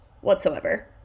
whatsoever